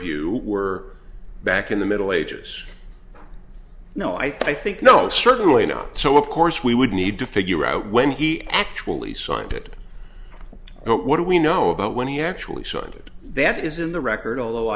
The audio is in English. view were back in the middle ages no i think no certainly not so of course we would need to figure out when he actually signed it and what do we know about when he actually should that is in the record although